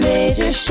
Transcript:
Major